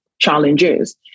Challenges